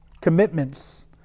commitments